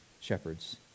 shepherds